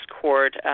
court